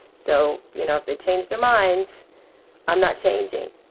so you know if they change their minds i'm not changing.